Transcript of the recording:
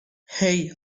hei